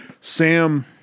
Sam